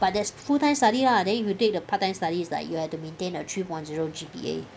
but there's full time study lah then if you take the part time studies it's like you have to maintain a three point zero G_P_A